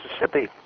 Mississippi